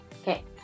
Okay